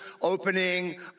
opening